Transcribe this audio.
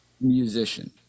musician